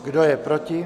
Kdo je proti?